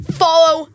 follow